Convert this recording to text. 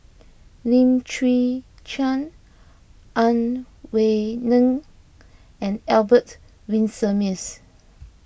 Lim Chwee Chian Ang Wei Neng and Albert Winsemius